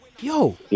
Yo